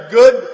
good